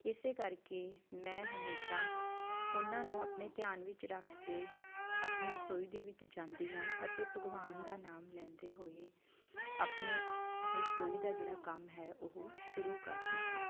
ਇਸੇ ਕਰਕੇ ਮੈਂ ਹਮੇਸ਼ਾ ਉਹਨਾਂ ਨੂੰ ਆਪਣੇ ਧਿਆਨ ਵਿੱਚ ਰੱਖ ਕੇ ਆਪਣੀ ਰਸੋਈ ਦੇ ਵਿੱਚ ਜਾਂਦੀ ਹਾਂ ਅਤੇ ਭਗਵਾਨ ਦਾ ਨਾਮ ਲੈਂਦੇ ਹੋਏ ਆਪਣੇ ਰਸੋਈ ਦਾ ਜਿਹੜਾ ਕੰਮ ਹੈ ਉਹ ਸ਼ੁਰੂ ਕਰਦੀ ਹਾਂ